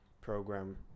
program